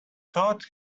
thought